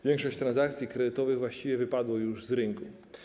Większość transakcji kredytowych właściwie już wypadła z rynku.